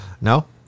No